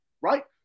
right